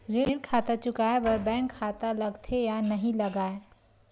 ऋण चुकाए बार बैंक खाता लगथे या नहीं लगाए?